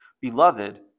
beloved